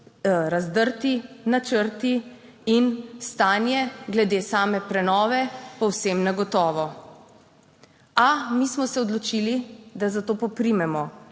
razdrti načrti in stanje glede same prenove povsem negotovo, a mi smo se odločili, da za to poprimemo